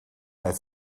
that